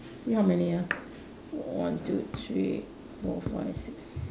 you see how many ah one two three four five six